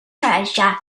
treasure